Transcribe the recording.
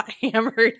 hammered